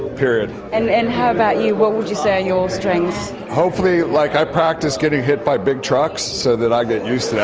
period. and and how about you, what would you say are your strengths? hopefully, like, i practise getting hit by big trucks so that i get used to that.